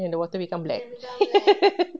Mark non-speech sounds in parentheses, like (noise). ya the water become black (laughs)